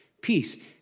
peace